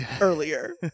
earlier